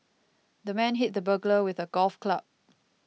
the man hit the burglar with a golf club